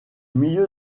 milieu